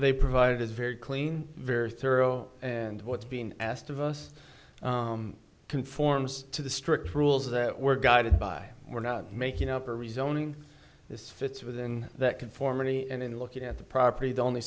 they provide is very clean very thorough and what's being asked of us conforms to the strict rules that were guided by we're not making up a rezoning this fits within that conformity and in looking at the property the only